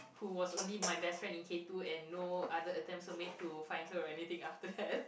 who was only my best friend in K two and no other attempts were made to find her or anything after that